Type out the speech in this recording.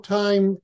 time